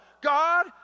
God